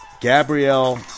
Gabrielle